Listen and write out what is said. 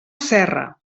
serra